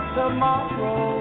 tomorrow